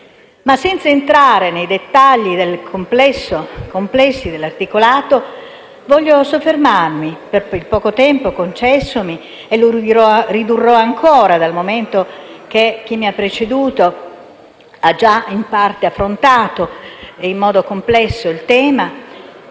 Senza entrare nei dettagli complessi dell'articolato, voglio soffermarmi, nel poco tempo concessomi - e lo ridurrò ancora, dal momento che chi mi ha preceduto ha già in parte affrontato in modo complesso il tema